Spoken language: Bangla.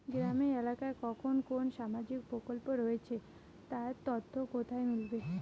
গ্রামের এলাকায় কখন কোন সামাজিক প্রকল্প রয়েছে তার তথ্য কোথায় মিলবে?